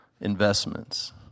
investments